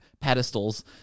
pedestals